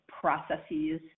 processes